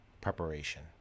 preparation